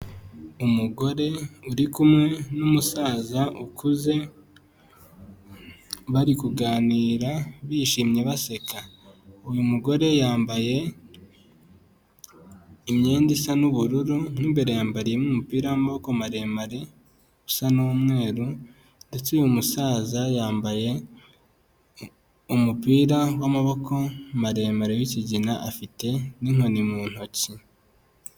Umugore uri kumwe n'umusaza ukuze, bari kuganira bishimye, baseka. Uyu mugore yambaye imyenda isa n'ubururu, mo imbere yambariyemo umupira w'amaboko maremare usa n'umweru ndetse uyu musaza yambaye umupira w'amaboko maremare w'ikigina, afite n'inkoni mu ntoki.